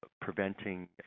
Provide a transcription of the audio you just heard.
preventing